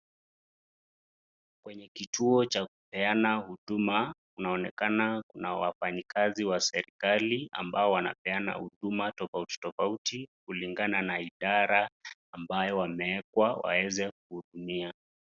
Kwenye kituo cha kupeana huduma, kunaonekana kuna wafanyi kazi wa serikali ambao wanapeana huduma tofauti tofauti, kulingana na idara ambayo wamewekwa waweze kuhudumia.